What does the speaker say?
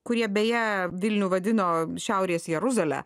kurie beje vilnių vadino šiaurės jeruzale